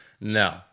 No